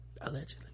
Allegedly